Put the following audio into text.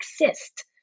exist